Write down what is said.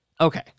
Okay